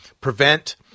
Prevent